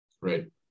Right